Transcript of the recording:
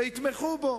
ויתמכו בו.